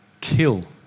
kill